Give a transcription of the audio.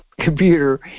computer